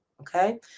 okay